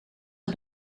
een